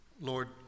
Lord